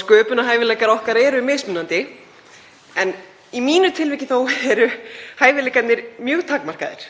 Sköpunarhæfileikar okkar eru mismunandi og í mínu tilviki eru hæfileikarnir mjög takmarkaðir.